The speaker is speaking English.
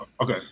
Okay